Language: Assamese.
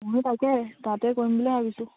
মই বোলো তাকে তাতে কৰিম বুলি ভাবিছোঁ